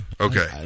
Okay